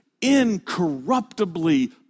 incorruptibly